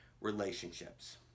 relationships